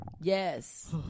Yes